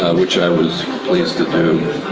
which i was pleased to do.